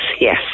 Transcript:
yes